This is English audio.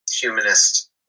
humanist